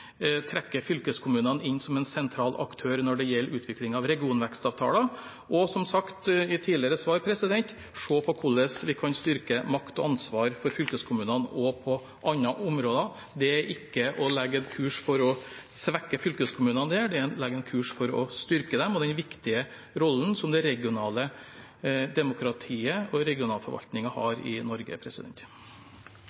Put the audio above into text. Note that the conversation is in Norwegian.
trekke fylkeskommunene inn som en sentral aktør når det gjelder utvikling av regionvekstavtaler, og – som sagt i tidligere svar – se på hvordan vi kan styrke makt og ansvar for fylkeskommunene også på andre områder. Det er ikke å legge en kurs for å svekke fylkeskommunene, det er å legge en kurs for å styrke dem og den viktige rollen som det regionale demokratiet og regionalforvaltningen har